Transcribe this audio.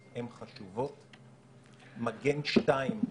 הן חשובות, מגן-2.